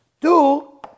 two